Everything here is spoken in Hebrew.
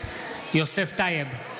יוסף טייב,